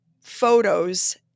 photos